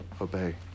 obey